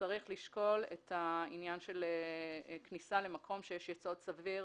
צריך לשקול את העניין של כניסה למקום שיש יסוד סביר